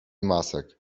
masek